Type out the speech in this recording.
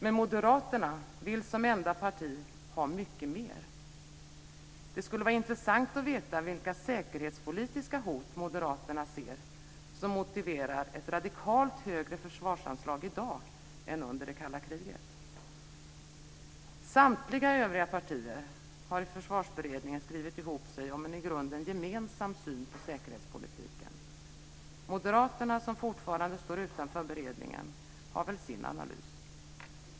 Men Moderaterna vill som enda parti ha mycket mer. Det skulle vara intressant att veta vilka säkerhetspolitiska hot Moderaterna ser som motiverar ett radikalt högre försvarsanslag i dag än under det kalla kriget. Samtliga övriga partier har i Försvarsberedningen skrivit ihop sig om en i grunden gemensam syn på säkerhetspolitiken. Moderaterna, som fortfarande står utanför beredningen, har väl sin analys.